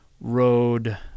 road